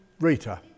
Rita